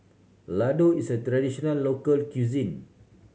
ladoo is a traditional local cuisine